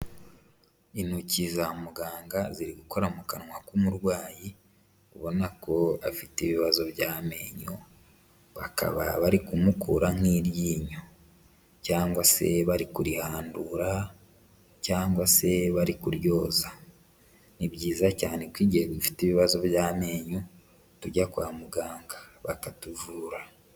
Intoki za muganga ziri gukora mu kanwa k'umurwayi ubona ko afite ibibazo by'amenyo, bakaba bari kumukura nk'iryinyo cyangwa se bari kurihandura cyangwa se bari kuryoza, ni byiza cyane ko igihe dufite ibibazo by'amenyo tujya kwa muganga bakatuvura.